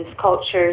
cultures